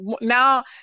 now